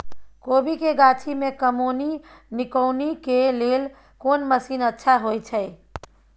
कोबी के गाछी में कमोनी निकौनी के लेल कोन मसीन अच्छा होय छै?